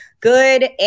Good